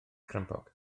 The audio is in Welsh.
crempog